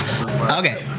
Okay